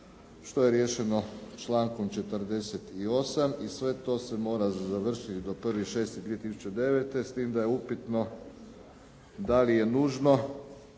što je riješeno člankom 48. i sve to se mora završiti do 1.6.2009. s tim da je upitno da li je nužno